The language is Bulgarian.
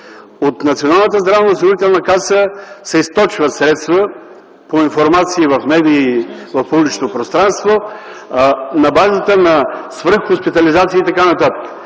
каса се източват средства – по информация в медии и в публичното пространство на базата на свръх хоспитализация и т.н.